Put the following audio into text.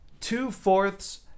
two-fourths